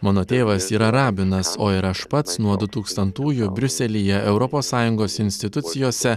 mano tėvas yra rabinas o ir aš pats nuo du tūkstantųjų briuselyje europos sąjungos institucijose